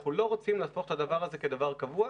אנחנו לא רוצים להפוך את הדבר הזה כדבר קבוע,